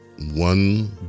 One